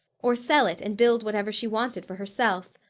or sell it and build whatever she wanted for herself.